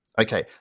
Okay